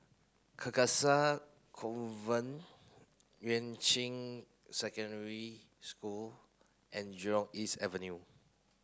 Carcasa Convent Yuan Ching Secondary School and Jurong East Avenue